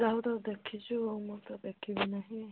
ଯାହା ହଉ ତୁ ତ ଦେଖିଛୁ ମୁଁ ତ ଦେଖିବି ନାହିଁ